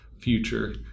future